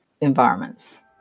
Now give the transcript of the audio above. environments